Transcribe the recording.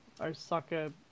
Osaka